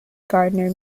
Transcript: gardner